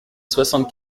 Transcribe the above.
soixante